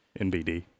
NBD